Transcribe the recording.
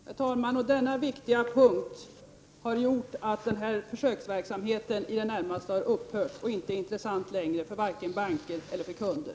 Herr talman! Denna viktiga punkt har gjort att den här försöksverksamheten i det närmaste har upphört och inte är intressant längre för vare sig banker eller kunder.